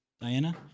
Diana